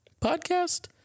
podcast